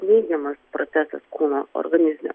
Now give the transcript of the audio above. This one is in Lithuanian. neigiamas procesas kūno organizme